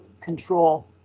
control